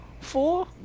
Four